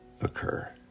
occur